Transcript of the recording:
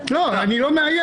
אני לא מאיים.